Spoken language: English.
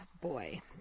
boy